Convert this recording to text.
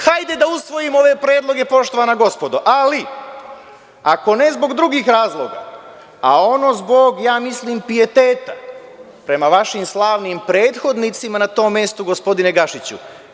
Hajde da usvojimo ove predloge, poštovana gospodo, ali, ako ne zbog drugih razloga, a ono zbog pijeteta prema vašim slavnim prethodnicima na tom mestu, gospodine Gašiću.